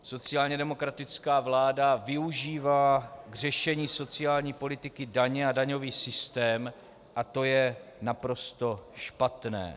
Sociálně demokratická vláda využívá k řešení sociální politiky daně a daňový systém a to je naprosto špatné.